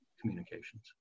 communications